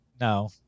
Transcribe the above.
no